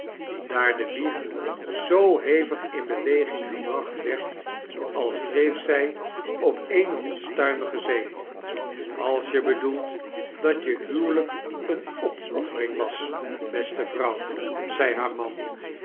daar de wieg zoo hevig in beweging gebracht werd als dreef zij op eene onstuimige zee als ije bedoelt dat je huwelijk eene opoffering was beste vrouw zei haar man